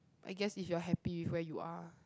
I guess if you are happy with where you are